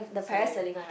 sailing